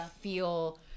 feel